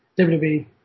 WWE